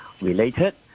related